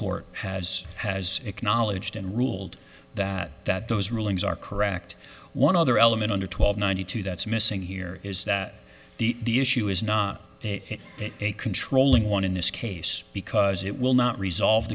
court has has acknowledged and ruled that that those rulings are correct one other element under twelve ninety two that's missing here is that the the issue is not a controlling one in this case because it will not resolve